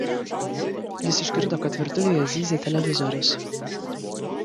jis išgirdo kad virtuvėje zyzia televizorius